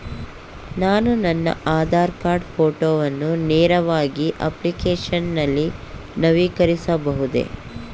ನಾನು ನನ್ನ ಆಧಾರ್ ಕಾರ್ಡ್ ಫೋಟೋವನ್ನು ನೇರವಾಗಿ ಅಪ್ಲಿಕೇಶನ್ ನಲ್ಲಿ ನವೀಕರಿಸಬಹುದೇ?